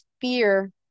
fear